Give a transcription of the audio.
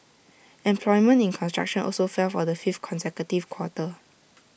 employment in construction also fell for the fifth consecutive quarter